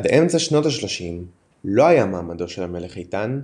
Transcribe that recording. עד אמצע שנות ה-30 לא היה מעמדו של המלך איתן,